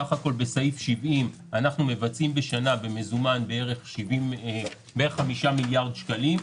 סך הכול בסעיף 70 אנחנו מבצעים בשנה במזומן בערך 5 מיליארד שקלים.